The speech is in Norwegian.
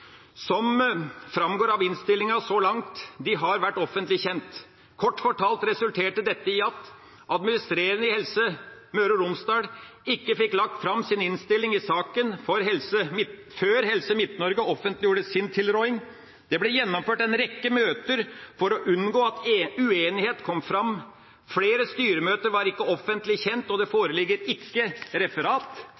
det framgår av innstillinga så langt: De har vært offentlig kjent. Kort fortalt resulterte dette i at administrerende i Helse Møre og Romsdal ikke fikk lagt fram sin innstilling i saken før Helse Midt-Norge offentliggjorde sin tilråding. Det ble gjennomført en rekke møter for å unngå at uenighet kom fram. Flere styremøter var ikke offentlig kjent, og det foreligger ikke referat.